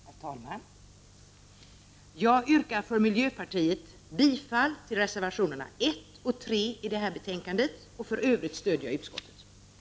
Herr talman! Jag yrkar för miljöpartiet bifall till reservationerna 1 och 3 till detta betänkande. För övrigt stöder jag utskottet.